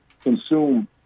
consume